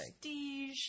Prestige